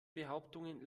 behauptungen